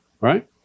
right